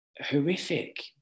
horrific